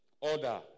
order